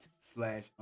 slash